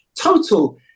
total